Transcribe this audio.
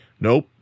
nope